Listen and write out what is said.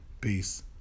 Peace